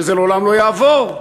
שזה לעולם לא יעבור.